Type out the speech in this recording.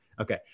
Okay